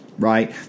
Right